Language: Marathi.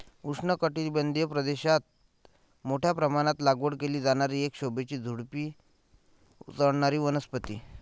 उष्णकटिबंधीय प्रदेशात मोठ्या प्रमाणात लागवड केली जाणारी एक शोभेची झुडुपी चढणारी वनस्पती